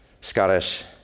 Scottish